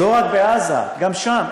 לא רק בעזה, גם שם.